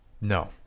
No